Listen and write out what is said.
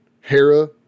Hera